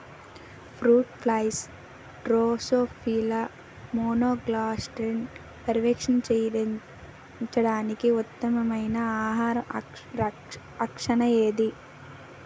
Fruit flies drosophila మెలనోగాస్టర్ని పర్యవేక్షించడానికి ఉత్తమమైన ఆహార ఆకర్షణ ఏది?